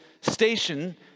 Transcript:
station